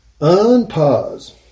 Unpause